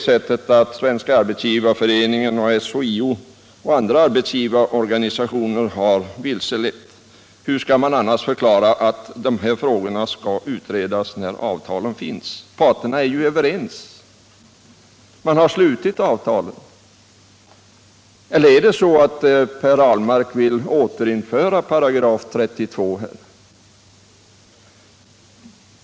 Har Svenska arbetsgivareföreningen, SHIO och andra arbetsgivareorganisationer vilselett? Hur skall man annars förklara att de här frågorna skall utredas när avtalet finns? Parterna är ju överens. Man har slutit avtalen. Är det så att Per Ahlmark vill återinföra § 32?